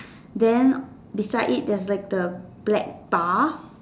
then beside it there's like the black bar